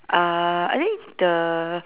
uh I think the